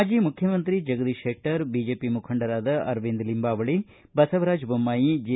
ಮಾಜಿ ಮುಖ್ಯಮಂತ್ರಿ ಜಗದೀಶ್ ಶೆಟ್ಟರ್ ಬಿಜೆಪಿ ಮುಖಂಡರಾದ ಅರವಿಂದ ಲಿಂಬಾವಳಿ ಬಸವರಾಜ ಬೊಮ್ಮಾಯಿ ಜೆ